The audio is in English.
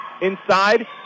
inside